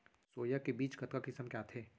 Soya के बीज कतका किसम के आथे?